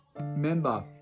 member